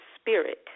Spirit